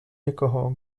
někoho